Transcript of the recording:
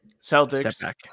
Celtics